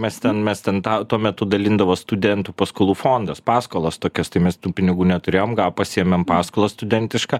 mes ten mes ten ta tuo metu dalindavo studentų paskolų fondas paskolas tokias tai mes tų pinigų neturėjom gav pasiėmėm paskolą studentišką